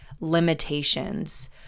limitations